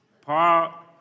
Paul